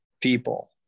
people